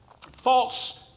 false